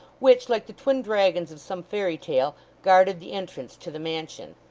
which, like the twin dragons of some fairy tale, guarded the entrance to the mansion.